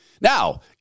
Now